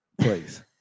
please